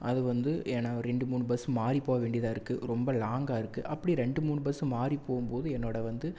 அது வந்து ஏன்னால் ஒரு ரெண்டு மூணு பஸ் மாறி போக வேண்டியதாகருக்கு ரொம்ப லாங்காகருக்கு அப்படி ரெண்டு மூணு பஸ்ஸு மாறி போகும்போது என்னோடய வந்து